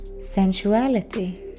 Sensuality